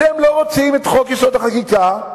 אתם לא רוצים את חוק-יסוד: החקיקה,